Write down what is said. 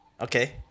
Okay